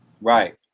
right